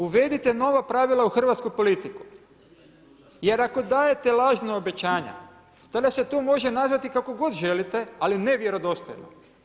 Uvedite nova pravila u hrvatsku politiku jer ako dajete lažna obećanja tada se to može nazvati kako god želite, ali ne vjerodostojno.